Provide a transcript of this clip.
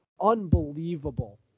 unbelievable